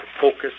focus